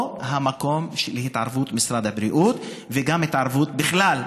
פה המקום של התערבות משרד הבריאות וגם התערבות בכלל,